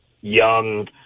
young